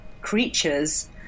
creatures